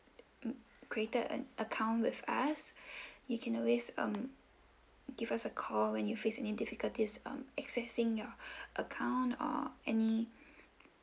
created an account with us you can always um give us a call when you face any difficulties um accessing your account or any